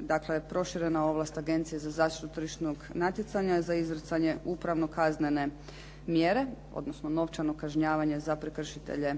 dakle proširena ovlast Agencije za zaštitu tržišnog natjecanja za izricanje upravno kaznene mjere, odnosno novčano kažnjavanje za prekršitelje